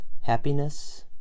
happiness